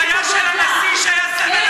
החרמתם את הלוויה של הנשיא שהיה סמל השלום.